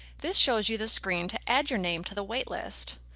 this shows you the screen to add your name to the waitlist.